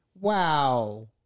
Wow